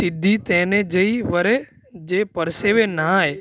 સિદ્ધિ તેને જઈ વરે જે પરસેવે ન્હાય